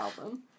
album